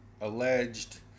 alleged